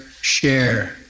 share